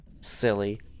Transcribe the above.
Silly